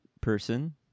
person